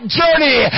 journey